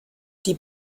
die